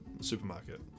supermarket